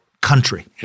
country